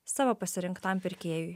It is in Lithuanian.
savo pasirinktam pirkėjui